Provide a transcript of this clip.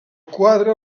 quadre